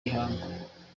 y’ihangu